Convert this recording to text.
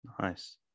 Nice